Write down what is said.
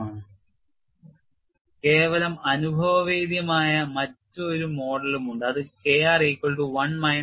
Refer slide time 3040 കേവലം അനുഭവേദ്യമായ മറ്റൊരു മോഡലും ഉണ്ട് അത് K r equal to one minus 0